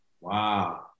Wow